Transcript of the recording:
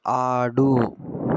ఆడు